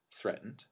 threatened